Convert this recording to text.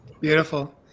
Beautiful